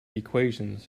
equations